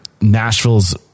Nashville's